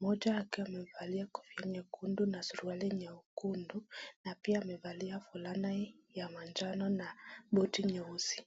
mmoja akiwa amevalia kofia nyekundu na suruali nyekundu, na pia amevalia fulana ya manjano na buti nyeusi.